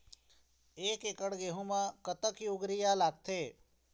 एक एकड़ गेहूं म कतक यूरिया लागथे?